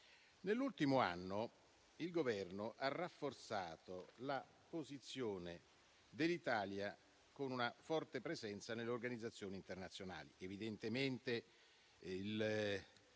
Nell'ultimo anno il Governo ha rafforzato la posizione dell'Italia con una forte presenza nelle organizzazioni internazionali.